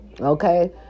Okay